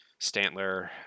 Stantler